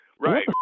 Right